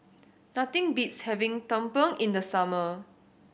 nothing beats having tumpeng in the summer